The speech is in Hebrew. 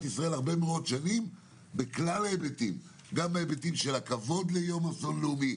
ישראל הרבה מאוד שנים בכלל ההיבטים גם בנושא של יום אבל לאומי,